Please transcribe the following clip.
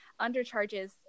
undercharges